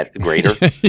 greater